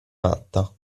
matta